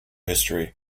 history